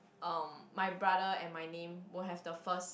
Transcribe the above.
um my brother and my name will have the first